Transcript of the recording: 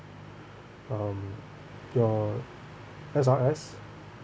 um your S_R_S